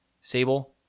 Sable